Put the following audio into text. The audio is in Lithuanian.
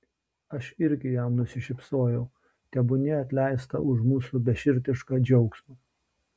aš irgi jam nusišypsojau tebūnie atleista už mūsų beširdišką džiaugsmą